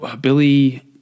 Billy